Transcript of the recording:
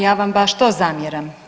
Ja vam baš to zamjeram.